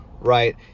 right